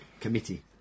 committee